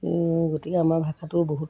গতিকে আমাৰ ভাষাটো বহুত